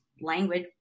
language